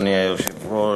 אדוני היושב-ראש,